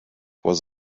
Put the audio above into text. was